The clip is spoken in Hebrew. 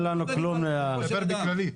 אני מדבר בכללי.